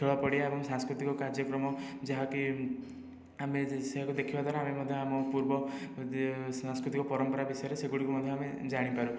ଖେଳ ପଡ଼ିଆ ଏବଂ ସାଂସ୍କୃତିକ କାର୍ଯ୍ୟକ୍ରମ ଯାହାକି ଆମେ ଯଦି ସେଇଆକୁ ଦେଖିବା ଦ୍ୱାରା ଆମେ ମଧ୍ୟ ଆମ ପର୍ବ ସାଂସ୍କୃତିକ ପରମ୍ପରା ବିଷୟରେ ସେଗୁଡ଼ିକୁ ମଧ୍ୟ ଆମେ ଜାଣିପାରୁ